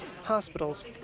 hospitals